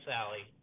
Sally